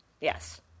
Yes